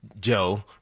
Joe